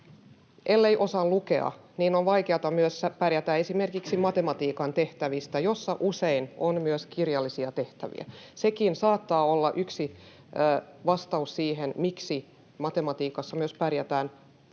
ellei osaa lukea, on vaikeata myös pärjätä esimerkiksi matematiikan tehtävissä, joissa usein on myös kirjallisia tehtäviä. Sekin saattaa olla yksi vastaus siihen, miksi matematiikassa myös pärjätään huonommin: